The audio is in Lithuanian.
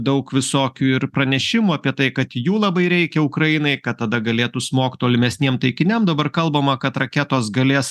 daug visokių ir pranešimų apie tai kad jų labai reikia ukrainai kad tada galėtų smogt tolimesniem taikiniam dabar kalbama kad raketos galės